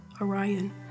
Orion